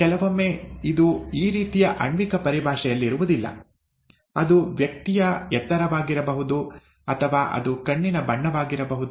ಕೆಲವೊಮ್ಮೆ ಇದು ಈ ರೀತಿಯ ಆಣ್ವಿಕ ಪರಿಭಾಷೆಯಲ್ಲಿರುವುದಿಲ್ಲ ಅದು ವ್ಯಕ್ತಿಯ ಎತ್ತರವಾಗಿರಬಹುದು ಅಥವಾ ಅದು ಕಣ್ಣಿನ ಬಣ್ಣವಾಗಿರಬಹುದು